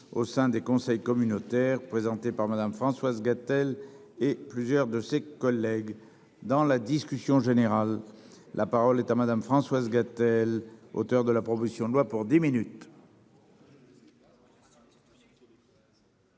au sein des conseils communautaires présenté par Madame, Françoise Gatel et plusieurs de ses collègues dans la discussion générale. La parole est à madame Françoise Gatel, auteur de la promotion de loi pour 10 minutes.